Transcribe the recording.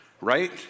right